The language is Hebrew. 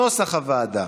נתתי לך דקה יותר.